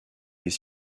des